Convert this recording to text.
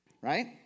right